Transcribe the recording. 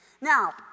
Now